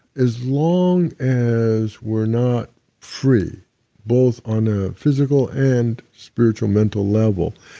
as long as we're not free both on a physical and spiritual mental level,